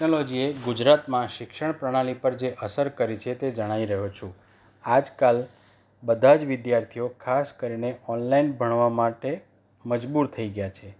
ટેકનોલોજીએ ગુજરાતમાં શિક્ષણ પ્રણાલી પર જે અસર કરી છે તે જણાવી રહ્યો છું આજકાલ બધા જ વિદ્યાર્થીઓ ખાસ કરીને ઓનલાઇન ભણવા માટે મજબૂર થઈ ગયા છે